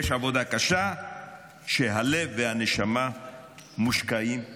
יש עבודה קשה שהלב והנשמה מושקעים בה,